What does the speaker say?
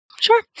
Sure